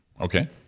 okay